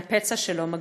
מהפצע שלא מגליד.